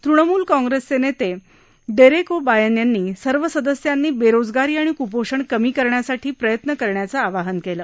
तृणमूल काँग्रेसचे नेते Derek O'Brien यांनी सर्व सदस्यांनी बेरोजगारी आणि कुपोषण कमी करण्यासाठी प्रयत्न करण्याचं आवाहन केलं